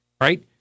right